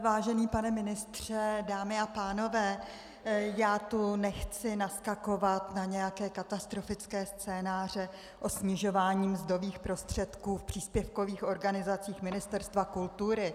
Vážený pane ministře, dámy a pánové, já tu nechci naskakovat na nějaké katastrofické scénáře o snižování mzdových prostředků v příspěvkových organizacích Ministerstva kultury.